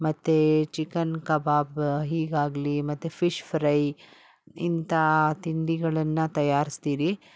ಮತು ಚಿಕನ್ ಕಬಾಬ್ ಹೀಗಾಗಲಿ ಮತ್ತೆ ಫಿಶ್ ಫ್ರೈ ಇಂಥ ತಿಂಡಿಗಳನ್ನು ತಯಾರಸ್ತೀರಿ